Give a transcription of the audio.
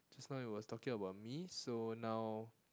just now it was talking about me so now